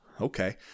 Okay